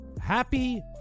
Happy